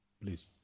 Please